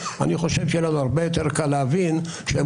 אני חושב שיהיה לנו הרבה יותר קל להבין שהן